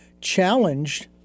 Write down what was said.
challenged